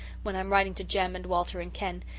when i'm writing to jem and walter and ken,